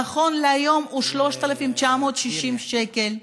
נכון להיום הוא 3,960 שקל.